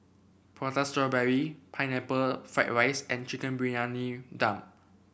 Prata Strawberry Pineapple Fried Rice and Chicken Briyani Dum